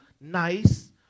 nice